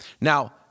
Now